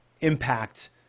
impact